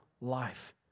life